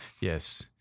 yes